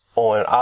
on